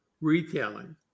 retailing